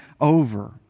over